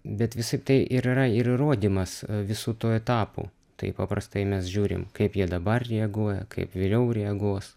bet visa tai ir yra ir įrodymas visų tų etapų tai paprastai mes žiūrim kaip jie dabar reaguoja kaip vėliau reaguos